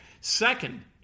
Second